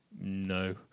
No